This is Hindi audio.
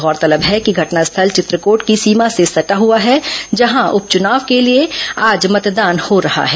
गौरतलब है कि घटनास्थल चित्रकोट की सीमा से सटा हुआ है जहां उप चुनाव के लिए आज मतदान हो रहा है